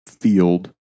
field